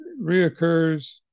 reoccurs